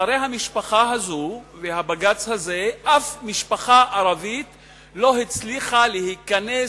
אחרי המשפחה הזו והבג"ץ הזה אף משפחה ערבית לא הצליחה להיכנס,